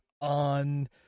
on